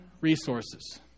resources